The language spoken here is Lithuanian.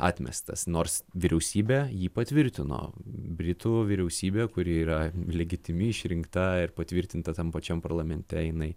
atmestas nors vyriausybė jį patvirtino britų vyriausybė kuri yra legitimi išrinkta ir patvirtinta tam pačiam parlamente jinai